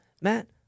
Matt